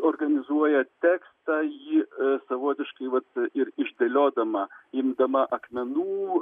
organizuoja tekstą jį savotiškai vat ir išdėliodama imdama akmenų